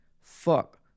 fuck